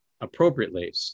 appropriately